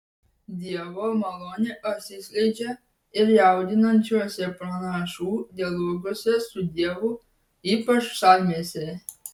dievo malonė atsiskleidžia ir jaudinančiuose pranašų dialoguose su dievu ypač psalmėse